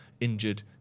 injured